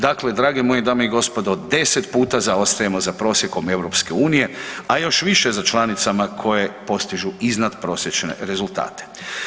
Dakle, drage moje dame i gospodo, 10 puta zaostajemo za prosjekom EU, a još više za članicama koje postižu iznadprosječne rezultate.